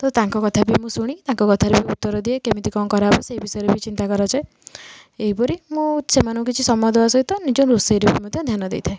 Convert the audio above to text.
ତ ତାଙ୍କ କଥା ବି ମୁଁ ଶୁଣି ତାଙ୍କ କଥାର ବି ଉତ୍ତର ଦିଏ କେମିତି କ'ଣ କରାହେବ ସେଇ ବିଷୟରେ ବି ଚିନ୍ତା କରାଯାଏ ଏହିପରି ମୁଁ ସେମାନଙ୍କୁ କିଛି ସମୟ ଦେବା ସହିତ ନିଜ ରୋଷେଇରେ ବି ମଧ୍ୟ ଧ୍ୟାନ ଦେଇଥାଏ